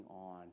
on